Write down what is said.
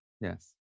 Yes